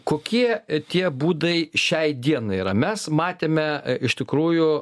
kokie tie būdai šiai dienai yra mes matėme iš tikrųjų